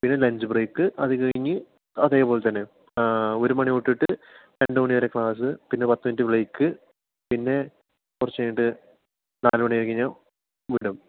പിന്നെ lunch break അതുകഴിഞ്ഞ് അതേപോലെ തന്നെ ഒരു മണി തൊട്ടിട്ട് രണ്ടു മണിവരെ ക്ലാസ് പിന്നെ പത്തു മിനിറ്റ് ബ്രേക്ക് പിന്നെ കുറച്ച് കഴിഞ്ഞിട്ട് നാലുമണി ആയിക്കഴിഞ്ഞാൽ വിടും